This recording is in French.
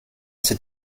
cet